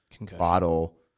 bottle